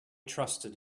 trusted